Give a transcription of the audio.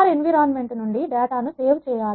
R environment నుండి డేటాను save చేయండి